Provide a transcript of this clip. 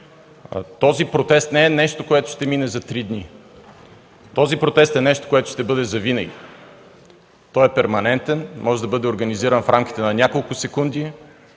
Този протест не е нещо, което ще мине за три дни, този протест е нещо, което ще бъде завинаги. Той е перманентен – може да бъде организиран в рамките на няколко секунди